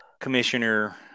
Commissioner